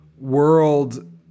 world